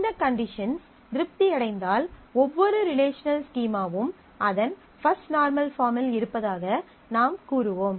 இந்த கண்டிஷன்ஸ் திருப்தி அடைந்தால் ஒவ்வொரு ரிலேஷனல் ஸ்கீமாவும் அதன் பஃஸ்ட் நார்மல் பார்ம் இல் இருப்பதாக நாம் கூறுவோம்